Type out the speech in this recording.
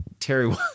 Terry